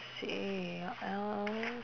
same